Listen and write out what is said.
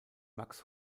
max